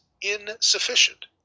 insufficient